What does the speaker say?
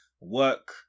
work